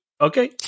Okay